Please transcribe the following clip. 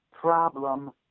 Problem